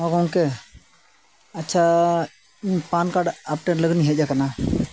ᱢᱟ ᱜᱚᱢᱠᱮ ᱟᱪᱪᱷᱟ ᱤᱧ ᱯᱮᱱ ᱠᱟᱨᱰ ᱟᱯᱰᱮᱴ ᱞᱟᱹᱜᱤᱫ ᱤᱧ ᱦᱮᱡ ᱟᱠᱟᱱᱟ